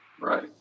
Right